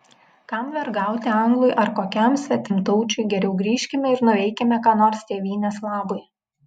kam vergauti anglui ar kokiam svetimtaučiui geriau grįžkime ir nuveikime ką nors tėvynės labui